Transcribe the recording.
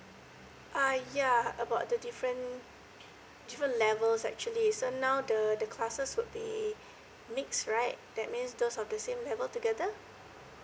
uh yeah about the different different levels actually so now the the classes would be mixed right that means those of the same level together